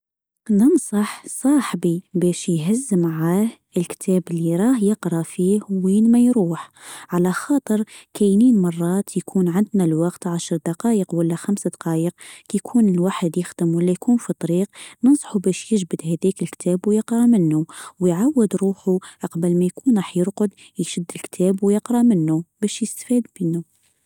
ننصح صاحبي بش يهز معاه الكتاب إللي يراه يقرا فيه وين ما يروح على خاطر كاينين مرات يكون عندنا الوقت عشر دقائق ولا خمس دقائق كي يكون الواحد يخدم ولا يكون في الطريق نصحوا باش يجبد هذيك الكتاب ويقرا منه ويعود روحه عقبل ما يكون راح يرقد يشد الكتاب ويقرا منه باش يستفيد منه.